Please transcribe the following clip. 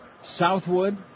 Southwood